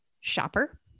shopper